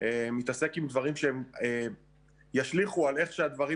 מתעסק עם דברים שהם ישליכו על איך הדברים